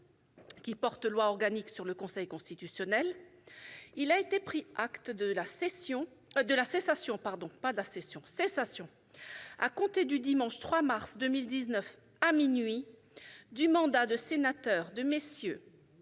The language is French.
1958 portant loi organique sur le Conseil constitutionnel, il a été pris acte de la cessation, à compter du dimanche 3 mars 2019 à minuit, du mandat de sénateur de MM.